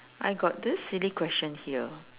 I got this silly question here